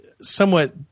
somewhat